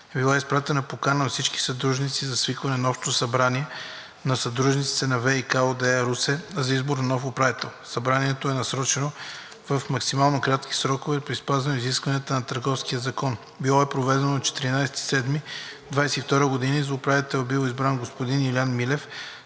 била изпратена покана до всички съдружници за свикване на Общо събрание на съдружниците на „ВиК“ ООД – Русе, за избор на нов управител. Събранието е насрочено в максимално кратки срокове при спазване на изискванията на Търговския закон. Било е проведено на 14 юли 2022 г. и за управител е бил избран господин Илиан Милев